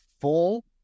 full